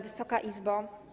Wysoka Izbo!